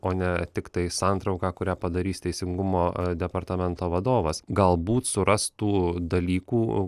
o ne tiktai santrauką kurią padarys teisingumo departamento vadovas galbūt surastų dalykų